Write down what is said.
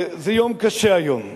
זה יום קשה היום,